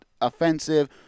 offensive